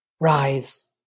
Rise